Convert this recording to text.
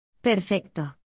¡Perfecto